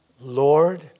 Lord